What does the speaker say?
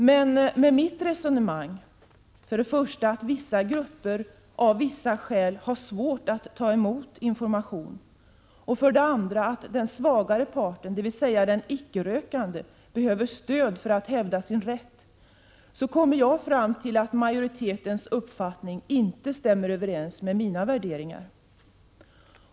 Men med mitt resonemang att för det första vissa grupper — av vissa skäl — har svårt att ta emot information, för det andra den svagare parten, dvs. den icke-rökande, behöver stöd för att hävda sin rätt så kommer jag fram till att majoritetens uppfattning inte överensstämmer med mina värderingar.